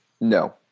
No